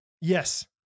Yes